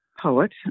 poet